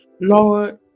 lord